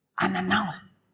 Unannounced